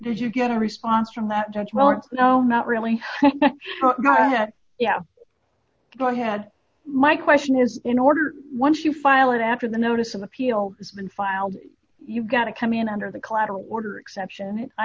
did you get a response from that judge well no not really yeah go ahead my question is in order once you file it after the notice of appeal has been filed you've got to come in under the collateral order exception i